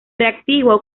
reactivo